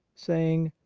saying,